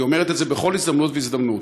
היא אומרת את זה בכל הזדמנות והזדמנות.